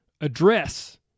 address